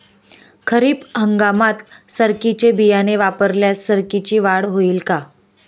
खरीप हंगामात सरकीचे बियाणे वापरल्यास सरकीची वाढ होईल का?